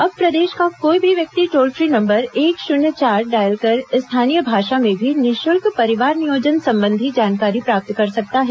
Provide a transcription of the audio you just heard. अब प्रदेश का कोई भी व्यक्ति टोल फ्री नंबर एक शुन्य चार डायल कर स्थानीय भाषा में भी निःशुल्क परिवार नियोजन संबंधी जानकारी प्राप्त कर सकता है